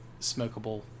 smokable